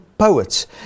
poets